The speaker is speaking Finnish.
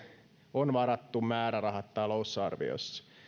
on varattu määrärahat talousarviossa